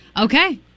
Okay